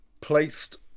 Placed